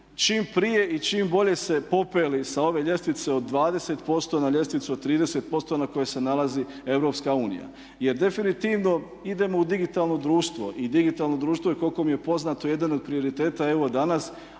čim prije i čim bolje se popele sa ove ljestvice od 20% na ljestvicu od 30% na kojoj se nalazi EU. Jer definitivno idemo u digitalno društvo i digitalno društvo je koliko mi je poznato jedan od prioriteta je evo danas.